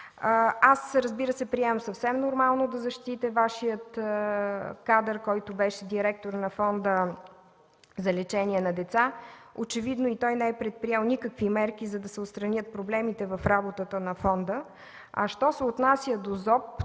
Аз, разбира се, приемам съвсем нормално да защитите Вашия кадър, който беше директор на Фонда за лечение на деца. Очевидно и той не е предприел никакви мерки, за да се отстранят проблемите в работата на фонда. Що се отнася до